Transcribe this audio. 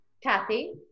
Kathy